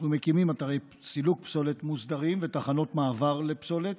אנחנו מקימים אתרי סילוק פסולת מוסדרים ותחנות מעבר לפסולת.